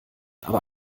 aber